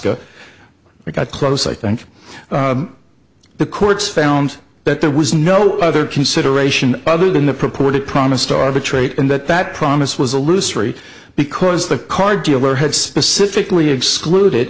cop i got close i think the courts found that there was no other consideration other than the proport it promised to arbitrate and that that promise was a looser e because the car dealer had specifically excluded